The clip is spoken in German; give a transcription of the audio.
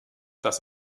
das